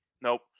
Nope